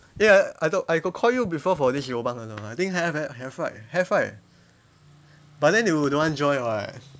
ya I thought I got call you before for this lobang or not I think have eh have right have right but then you don't want join [what]